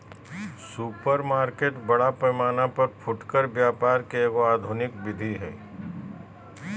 supermarket बड़ा पैमाना पर फुटकर व्यापार के एगो आधुनिक विधि हइ